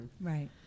Right